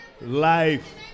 life